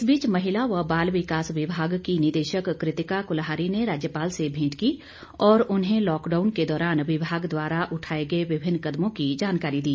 इस बीच महिला व बाल विकास विभाग की निदेशक कृतिका कुलेहरी ने राज्यपाल से भेंट की और उन्हें लॉकडाउन के दौरान विभाग द्वारा उठाए गए विभिन्न कदमों की जानकारी दी